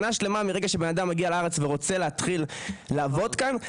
שנה שלמה מרגע שבנאדם מגיע לארץ ורוצה להתחיל לעבוד כאן,